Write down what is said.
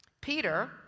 Peter